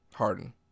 Harden